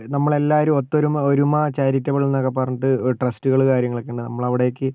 നമ്മളെല്ലാവരും ഒത്തൊരുമ ഒരുമ ചാരിറ്റബൾ എന്നൊക്കെ പറഞ്ഞിട്ട് ഒരു ട്രസ്റ്റുകൾ കാര്യങ്ങളൊക്കെയുണ്ട് നമ്മളവിടേക്ക്